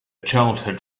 childhood